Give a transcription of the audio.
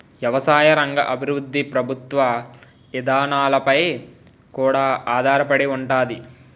ఎవసాయ రంగ అభివృద్ధి ప్రభుత్వ ఇదానాలపై కూడా ఆధారపడి ఉంతాది